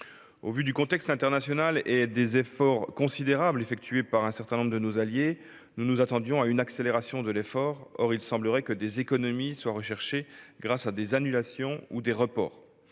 Au vu du contexte international et des efforts considérables effectués par un certain nombre de nos alliés, nous nous attendions à une accélération de l'effort. Or il semblerait que des économies soient recherchées, grâce à des annulations ou à des reports,